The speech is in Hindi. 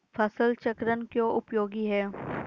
फसल चक्रण क्यों उपयोगी है?